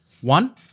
One